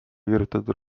kirjutatud